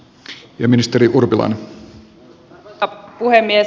arvoisa puhemies